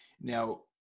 now